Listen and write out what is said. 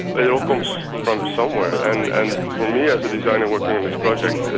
ah it all comes from somewhere. and and for me as a designer working on this project,